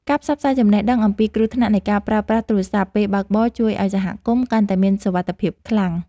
ការផ្សព្វផ្សាយចំណេះដឹងអំពីគ្រោះថ្នាក់នៃការប្រើប្រាស់ទូរសព្ទពេលបើកបរជួយឱ្យសហគមន៍កាន់តែមានសុវត្ថិភាពខ្លាំង។